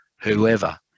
whoever